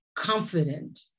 confident